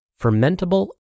fermentable